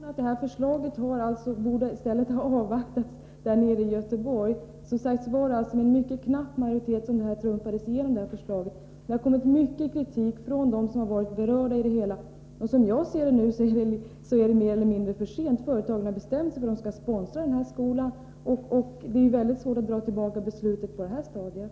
Herr talman! Jag vill betona att det här förslaget i stället borde ha avvaktats nere i Göteborg. Det var som sagt med mycket knapp majoritet som förslaget trumfades igenom. Det har kommit mycket kritik från dem som varit berörda. Som jag ser det är det mer eller mindre för sent. Företagen har bestämt sig för att de skall sponsra den här skolan, och det är mycket svårt att dra tillbaka beslutet på det här stadiet.